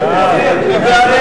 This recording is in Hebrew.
03,